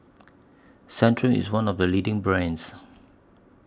Centrum IS one of The leading brands